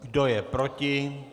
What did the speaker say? Kdo je proti?